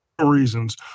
reasons